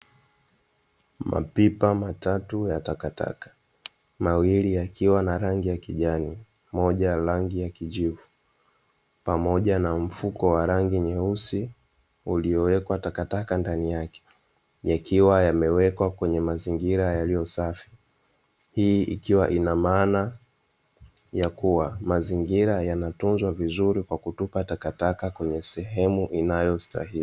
Mapipa matatu ya takataka mawili yakiwa na rangi ya kijani, moja likiwa na rangi ya kijivu pamoja na mfuko wa rangi nyeusi yaliyowekwa takataka inaonesha mazingira yanatunzwa vizuri kwa kuwekwa sehemu inayo stahili.